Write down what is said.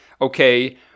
okay